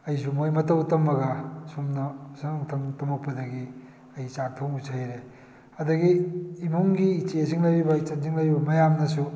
ꯑꯩꯁꯨ ꯃꯣꯏ ꯃꯇꯧ ꯇꯝꯂꯒ ꯑꯁꯨꯝꯅ ꯁꯨꯝ ꯇꯝꯂꯛꯄꯗꯒꯤ ꯑꯩ ꯆꯥꯛ ꯊꯣꯡꯕꯁꯤ ꯍꯩꯔꯦ ꯑꯗꯒꯤ ꯏꯃꯨꯛꯒꯤ ꯏꯆꯦꯁꯤꯡ ꯂꯩꯔꯤꯕ ꯏꯆꯟꯁꯤꯡ ꯂꯩꯔꯤꯕ ꯃꯌꯥꯝꯅꯁꯨ